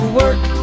work